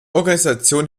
organisation